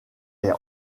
est